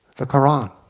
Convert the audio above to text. the koran.